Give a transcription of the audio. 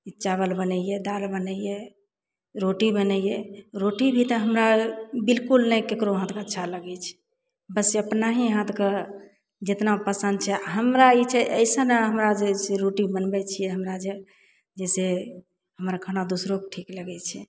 चावल बनैयै दालि बनैयै रोटी बनैयै रोटी भी तऽ हमरा बिलकुल नहि ककरो हाथके अच्छा लगय छै बस अपना ही हाथके जेतना पसन्द छै हमरा ई छै अइसन हमरा जे छै रोटी बनबय छियै हमरा जे जैसे हमर खाना दोसरोके ठीक लगय छै